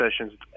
sessions